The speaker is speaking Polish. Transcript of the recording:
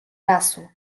lasu